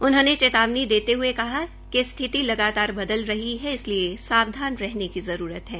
उन्होंने चेतावनी देते हये कहा कि स्थिति लगातार बदल रही है इसलिये सावधान रहने की जरूरत है